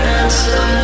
answer